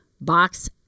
box